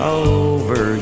over